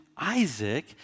Isaac